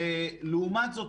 לעומת זאת,